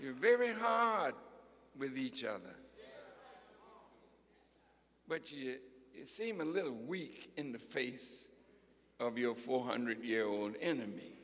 are very hard with each other but you seem a little weak in the face of your four hundred year old enemy